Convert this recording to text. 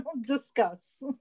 Discuss